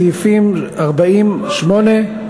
סעיפים 40(8),